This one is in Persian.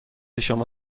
شما